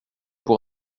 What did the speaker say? pour